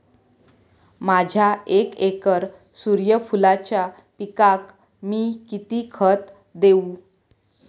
माझ्या एक एकर सूर्यफुलाच्या पिकाक मी किती खत देवू?